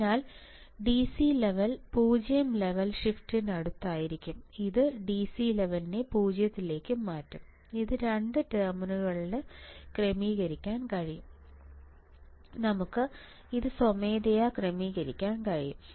അതിനാൽ DC level 0 level ഷിഫ്റ്ററിനടുത്തായിരിക്കും ഇത് DC ലെവലിനെ 0 ലേക്ക് മാറ്റും ഇത് 2 ടെർമിനലുകൾക്ക് ക്രമീകരിക്കാൻ കഴിയും നമുക്ക് ഇത് സ്വമേധയാ ക്രമീകരിക്കാൻ കഴിയും